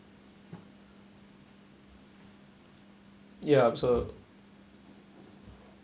ya so